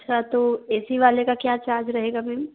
अच्छा तो A C वाले का क्या चार्ज रहेगा मेम